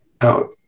out